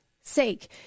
sake